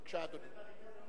בבקשה, אדוני.